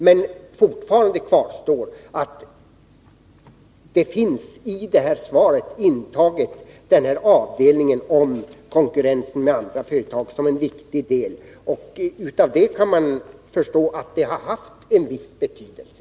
Men fortfarande kvarstår att det i svaret som en viktig del finns intaget en passus om konkurrens med andra företag. Av det kan man förstå att detta har haft viss betydelse.